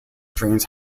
drains